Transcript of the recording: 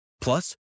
Plus